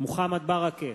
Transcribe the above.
מוחמד ברכה,